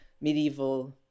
medieval